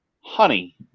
honey